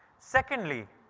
secondly,